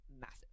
massive